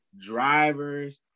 drivers